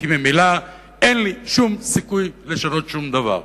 כי ממילא אין לי שום סיכוי לשנות שום דבר,